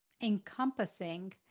encompassing